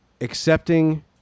accepting